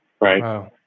right